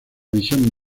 visión